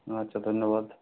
আচ্ছা ধন্যবাদ